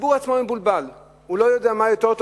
והציבור עצמו מבולבל, הוא לא יודע מה יותר טוב.